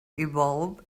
evolve